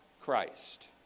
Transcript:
Christ